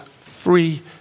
free